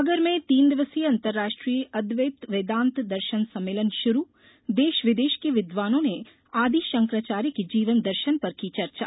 सागर में तीन दिवसीय अंतर्राष्ट्रीय अद्वैत वेदान्त दर्शन सम्मेलन शुरू देश विदेश के विद्वानों ने आदि शंकराचार्य के जीवन दर्शन पर की चर्चा